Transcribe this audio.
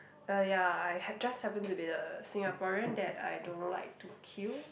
uh ya I just happen to be the Singaporean that I don't like to queue